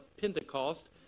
Pentecost